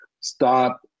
stop